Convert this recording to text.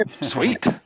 Sweet